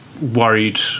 worried